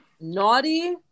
Naughty